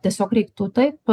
tiesiog reiktų taip